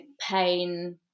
pain